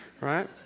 right